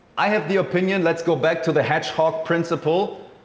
i have the opinion let's go back to the hedgehog principle.